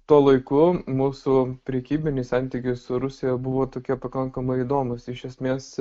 tuo laiku mūsų prekybiniai santykiai su rusija buvo tokie pakankamai įdomūs iš esmės